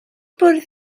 bwrdd